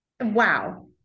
Wow